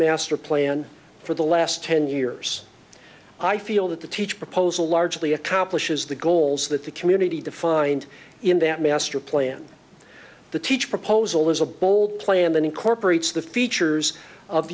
master plan for the last ten years i feel that the teach proposal largely accomplishes the goals that the community defined in that master plan the teach proposal is a bold plan that incorporates the features of